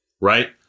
right